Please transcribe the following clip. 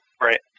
Right